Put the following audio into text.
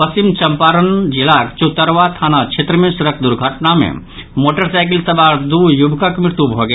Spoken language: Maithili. पश्चिम चंपारण जिलाक चौतरवा थाना क्षेत्र मे सड़क दुर्घटना मे मोटरसाइकिल सवार दू युवकक मृत्यु भऽ गेल